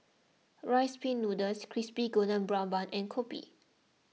Rice Pin Noodles Crispy Golden Brown Bun and Kopi